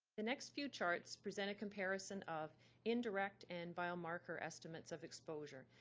the next few charts present a comparison of indirect and biomarker estimates of exposure.